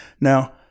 Now